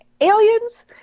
aliens